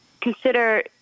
consider